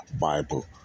Bible